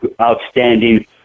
outstanding